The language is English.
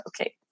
Okay